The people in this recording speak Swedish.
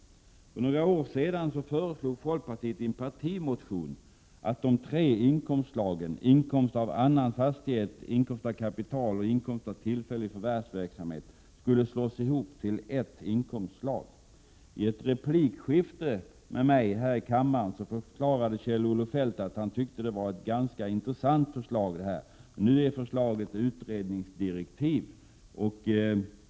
Folkpartiet föreslog för några år sedan i en partimotion att de tre inkomstslagen inkomst av annan fastighet, inkomst av kapital och inkomst av tillfällig förvärvsverksamhet skulle slås ihop till ett inkomstslag. I ett replikskifte med mig här i kammaren förklarade Kjell-Olof Feldt att han tyckte att det var ett ganska intressant förslag. Nu är förslaget utredningsdirektiv.